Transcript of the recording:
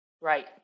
Right